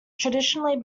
traditionally